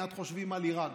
מייד חושבים על איראן,